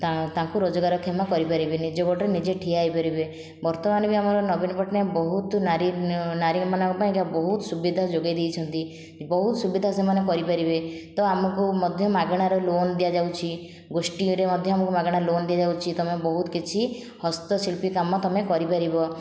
ତାଙ୍କୁ ରୋଜଗାରକ୍ଷମ କରିପାରିବି ନିଜ ଗୋଡ଼ରେ ନିଜେ ଠିଆ ହୋଇପାରିବେ ବର୍ତ୍ତମାନ ବି ଆମର ନବୀନ ପଟ୍ଟନାୟକ ବହୁତ ନାରୀ ନାରୀମାନଙ୍କ ପାଇଁକା ବହୁତ ସୁବିଧା ଯୋଗାଇଦେଇଛନ୍ତି ବହୁତ ସୁବିଧା ସେମାନେ କରିପାରିବେ ତ ଆମକୁ ମଧ୍ୟ ମାଗଣାରେ ଲୋନ୍ ଦିଆଯାଉଛି ଗୋଷ୍ଠୀରେ ମଧ୍ୟ ଆମକୁ ମାଗଣା ଲୋନ୍ ଦିଆଯାଉଛି ତୁମେ ବହୁତ କିଛି ହସ୍ତଶିଳ୍ପୀ କାମ ତୁମେ କରିପାରିବ